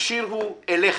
השיר הוא 'אליך',